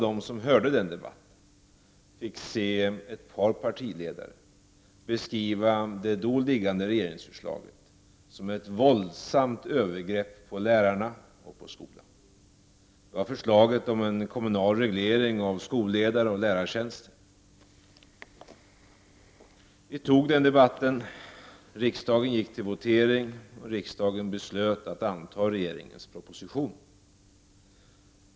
De som lyssnade på den fick höra ett par partiledare beskriva det då liggande regeringsförslaget som ett våldsamt övergrepp på lärarna och skolan. Det gällde förslaget om en kommunal reglering av skolledaroch lärartjänster. Vi förde debatten, varpå riksdagen gick till votering samt beslöt att anta regeringens proposition.